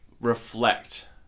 reflect